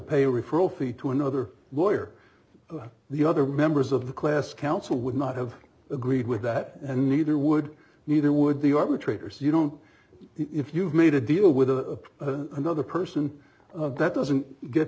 pay a referral fee to another lawyer the other members of the class council would not have agreed with that and neither would neither would the arbitrator's you don't if you've made a deal with a another person that doesn't get